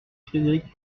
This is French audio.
frédéric